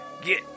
Get